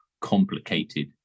complicated